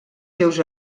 seus